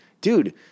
Dude